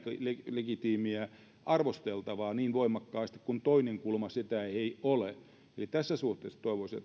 epälegitiimiä arvosteltavaa niin voimakkaasti ja toinen kulma ei ole eli tässä suhteessa toivoisin